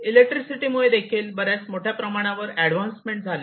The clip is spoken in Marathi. इलेक्ट्रिसिटी मुळे देखील बऱ्याच मोठ्या प्रमाणावर ऍडव्हान्समेंट झाल्या